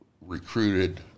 recruited